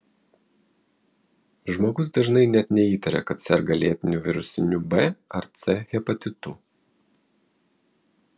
žmogus dažnai net neįtaria kad serga lėtiniu virusiniu b ar c hepatitu